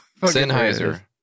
Sennheiser